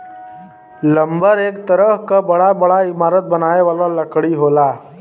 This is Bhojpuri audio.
लम्बर एक तरह क बड़ा बड़ा इमारत बनावे वाला लकड़ी होला